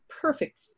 perfect